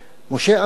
משה עמי מת,